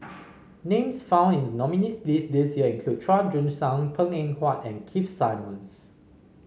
names found in the nominees' list this year include Chua Joon Siang Png Eng Huat and Keith Simmons